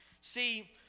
See